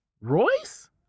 Royce